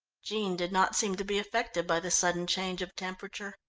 jean did not seem to be affected by the sudden change of temperature.